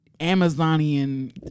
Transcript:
Amazonian